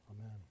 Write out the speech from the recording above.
Amen